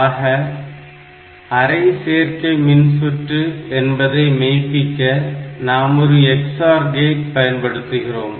ஆக அரை சேர்க்கை மின்சுற்று என்பதை மெய்ப்பிக்க நாம் ஒரு XOR கேட் பயன்படுத்துகிறோம்